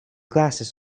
glasses